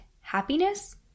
happiness